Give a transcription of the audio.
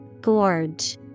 Gorge